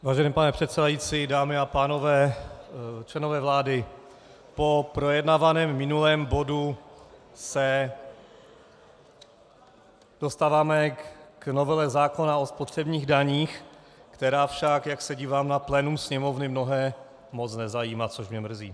Vážený pane předsedající, dámy a pánové, členové vlády, po projednaném minulém bodu se dostáváme k novele zákona o spotřebních daních, která však, jak se dívám na plénum Sněmovny, mnohé moc nezajímá, což mě mrzí.